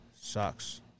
Sucks